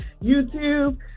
youtube